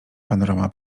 panorama